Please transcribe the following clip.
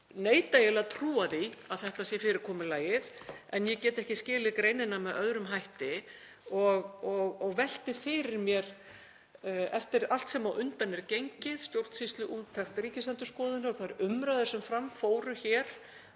eiginlega að trúa því að þetta sé fyrirkomulagið en ég get ekki skilið greinina með öðrum hætti. Ég velti fyrir mér, eftir allt sem á undan er gengið; stjórnsýsluúttekt Ríkisendurskoðunar og þær umræður sem fram fóru hér